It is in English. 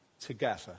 together